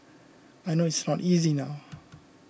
I know it's not easy now